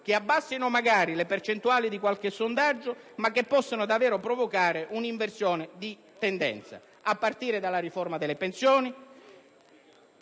che abbassino magari le percentuali di qualche sondaggio, ma che possano davvero provocare un'inversione di tendenza, a partire dalla riforma delle pensioni,